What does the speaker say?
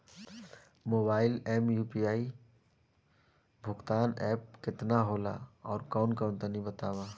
Mobile म UPI भुगतान app केतना होला आउरकौन कौन तनि बतावा?